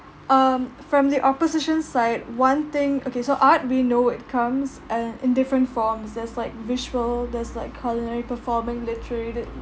um from the opposition side one thing okay so art we know it comes uh in different forms there's like visual there's like culinary performing literate